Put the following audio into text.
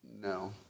No